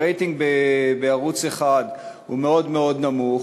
הרייטינג בערוץ 1 הוא מאוד נמוך,